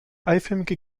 eiförmige